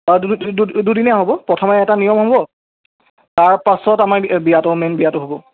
অঁ দুদিনীয়া হ'ব প্ৰথমে এটা নিয়ম হ'ব তাৰপাছত আমাৰ বিয়া বিয়াটো মেইন বিয়াটো হ'ব